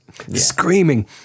Screaming